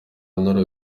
nora